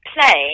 play